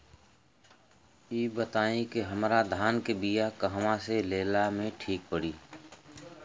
इ बताईं की हमरा धान के बिया कहवा से लेला मे ठीक पड़ी?